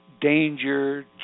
Danger